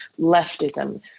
leftism